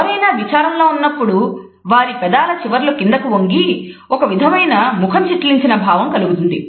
ఎవరైనా విచారంలో ఉన్నప్పుడు వారి పెదాల చివర్లు కిందకు వంగి ఒక విధమైన ముఖం చిట్లించిన భావన కలుగుతుంది